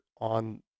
on